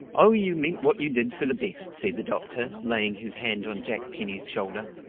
oh, you meant what you did for the best! said the doctor, laying his hand on jack penny's shoulder.